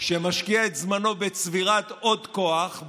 שמשקיע את זמנו בצבירת עוד כוח,